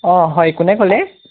অঁ হয় কোনে ক'লে